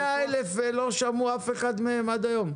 100 אלף, ולא שמעו אף אחד מהם עד היום.